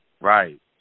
Right